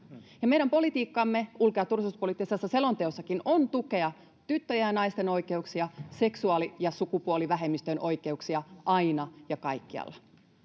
Meidän politiikkamme ulko- ja turvallisuuspoliittisessa selonteossakin on tukea tyttöjen ja naisten oikeuksia sekä seksuaali- ja sukupuolivähemmistöjen oikeuksia aina ja kaikkialla.